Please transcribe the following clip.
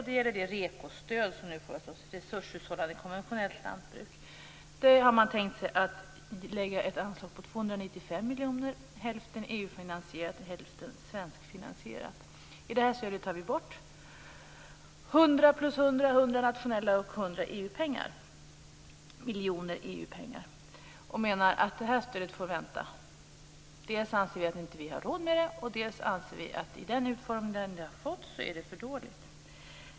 Det gäller det REKO-stöd som nu föreslås till resurshushållande konventionellt lantbruk. Där har man tänkt sig att lägga ett anslag på 295 miljoner. Hälften är EU finansierat och hälften svenskfinansierat. I det här stödet tar vi bort 100 miljoner nationella pengar och 100 miljoner EU-pengar. Vi menar att det här stödet får vänta. Dels anser vi att vi inte har råd med det, dels anser vi att i den utformning det har fått är det för dåligt.